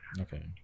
Okay